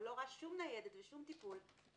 ולא רואה שום ניידת ושום טיפול,